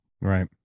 Right